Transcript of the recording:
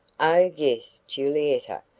oh, yes, julietta,